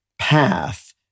path